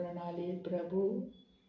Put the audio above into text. Pranali Prabhu